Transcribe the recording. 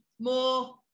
more